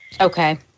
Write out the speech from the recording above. Okay